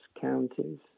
counties